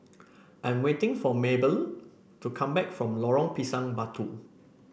I'm waiting for Maybelle to come back from Lorong Pisang Batu